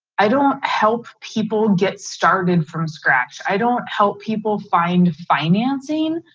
i don't help people get started from scratch. i don't help people find financing.